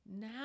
now